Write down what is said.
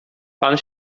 pan